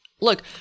Look